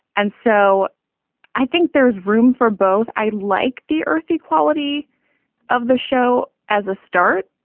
and so i think there's room for both. i like the earthy quality of the show as a start,